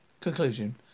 conclusion